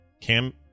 Cam